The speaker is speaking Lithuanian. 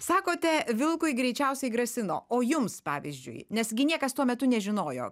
sakote vilkui greičiausiai grasino o jums pavyzdžiui nes gi niekas tuo metu nežinojo